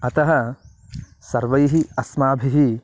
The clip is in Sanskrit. अतः सर्वैः अस्माभिः